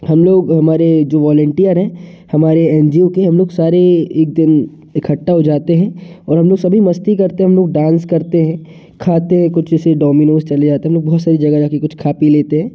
हम लोग हमारे जो वोलेंटीयर है हमारे एन जी ओ के हम लोग सारे एक दिन इकट्ठा हो जाते हैं और हम लोग सभी मस्ती करते हैं हम लोग डांस करते हैं खाते हैं कुछ जैसे डॉमिनोस चले जाते हैं हम लोग बहुत सारी जगह जा के कुछ खा पी लेते हैं